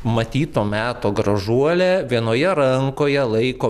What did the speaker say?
matyt to meto gražuolė vienoje rankoje laiko